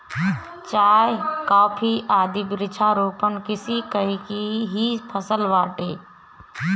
चाय, कॉफी आदि वृक्षारोपण कृषि कअ ही फसल बाटे